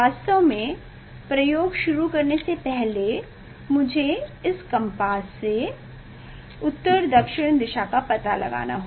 वास्तव में प्रयोग शुरू करने से पहले मुझे इस कम्पास से मुझे उत्तर दक्षिण दिशा का पता लगाना होगा